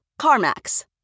CarMax